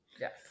Yes